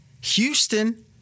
Houston